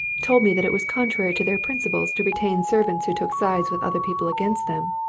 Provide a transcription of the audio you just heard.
told me that it was contrary to their principles to retain servants who took sides with other people against them,